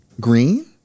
green